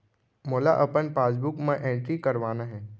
मोला अपन पासबुक म एंट्री करवाना हे?